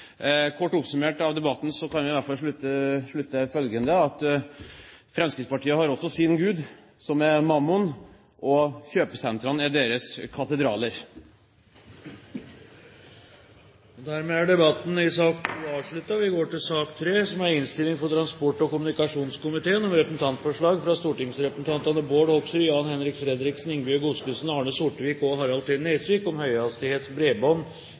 Kort oppsummert av debatten kan vi i hvert fall slutte følgende: at Fremskrittspartiet også har sin gud, som er mammon, og kjøpesentrene er deres katedraler. Flere har ikke bedt om ordet til sak nr. 2. Etter ønske fra transport- og kommunikasjonskomiteen vil presidenten foreslå at taletiden begrenses til 40 minutter og